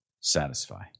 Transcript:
satisfy